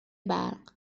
برق